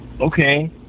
okay